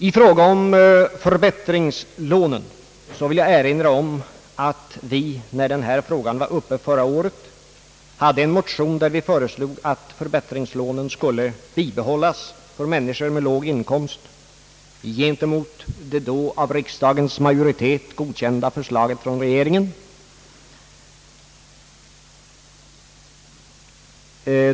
I fråga om förbättringslånen vill jag erinra om att vi när den här frågan var uppe förra året hade en motion där vi föreslog att förbättringslånen skulle bibehållas för människor med låg inkomst gentemot det då av riksdagens majoritet godkända förslaget från regeringen.